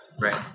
Right